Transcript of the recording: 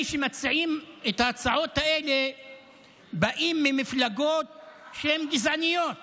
מי שמציעים את ההצעות האלה באים ממפלגות שהן גזעניות בהגדרה.